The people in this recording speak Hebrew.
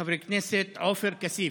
חבר הכנסת עופר כסיף.